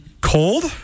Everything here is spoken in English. cold